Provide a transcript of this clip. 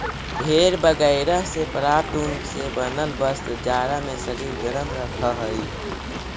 भेड़ बगैरह से प्राप्त ऊन से बनल वस्त्र जाड़ा में शरीर गरम रखऽ हई